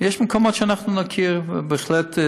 ויש מקומות שאנחנו נכיר בהחלט.